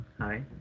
Hi